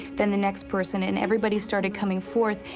then the next person. and everybody started coming forth.